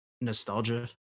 nostalgia